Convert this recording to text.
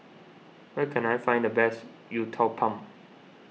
where can I find the best Uthapam